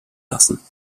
lassen